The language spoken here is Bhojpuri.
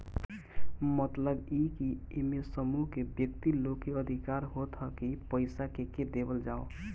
मतलब इ की एमे समूह के व्यक्ति लोग के अधिकार होत ह की पईसा केके देवल जाओ